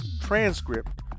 transcript